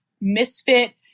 misfit